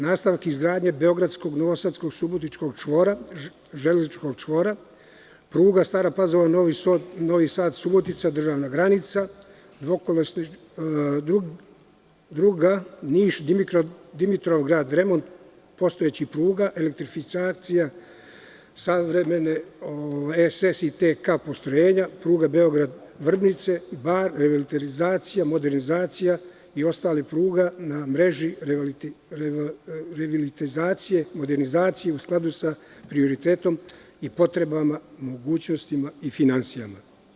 Nastavak izgradnje beogradskog, novosadskog, subotičkog železničkog čvora, pruga Stara Pazova-Novi Sad-Subotica-državna granica, druga Niš-Dimitrovgrad, remont postojećih pruga, elektrifikacija savremenih SS i TK postrojenja pruga Beograd-Vrdnica-Bar, revitalizacija, modernizacija i ostalih pruga na mreži u skladu sa prioritetom i potrebama, mogućnostima i finansijama.